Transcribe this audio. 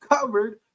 covered